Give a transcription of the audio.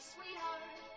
Sweetheart